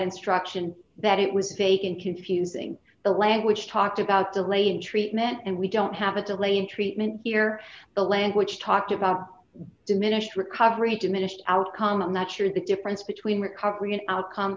instruction that it was vacant confusing the language talked about delaying treatment and we don't have a delay in treatment here the language talked about diminished recovery diminished outcome i'm not sure the difference between recovery and outcome